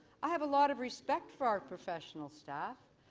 i have a lot of respect for our professional staff,